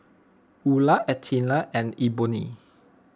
Eula Alethea and Eboni